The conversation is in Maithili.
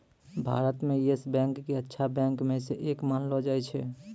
भारत म येस बैंक क अच्छा बैंक म स एक मानलो जाय छै